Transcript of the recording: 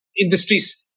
industries